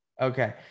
Okay